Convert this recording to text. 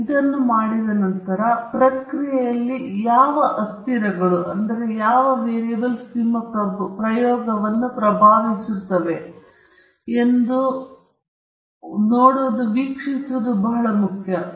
ಒಮ್ಮೆ ನೀವು ಇದನ್ನು ಮಾಡಿದ ನಂತರ ಪ್ರಕ್ರಿಯೆಯಲ್ಲಿ ಯಾವ ಅಸ್ಥಿರಗಳು ನಿಮ್ಮ ಪ್ರಯೋಗವನ್ನು ಪ್ರಭಾವಿಸುತ್ತವೆ ಎಂಬುದನ್ನು ನೋಡಲು ಬಹಳ ಮುಖ್ಯವಾಗಿದೆ